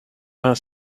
vingt